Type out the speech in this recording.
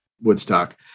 Woodstock